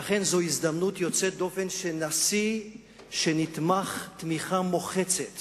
לכן זו הזדמנות יוצאת דופן שנשיא שנתמך תמיכה מוחצת